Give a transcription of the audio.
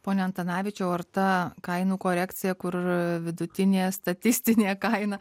pone antanavičiau ar ta kainų korekcija kur vidutinė statistinė kaina